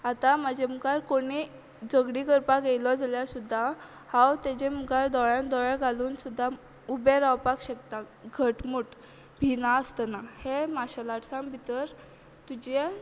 आतां म्हजे मुखार कोणीय झगडी करपाक येलो जाल्यार सुद्दां हांव तेजे मुखार दोळ्यांन दोळे घालून सुद्दां उबें रावपाक शकता घटमूट भिनासतना हें मार्शेल आर्टसां भितर तुजे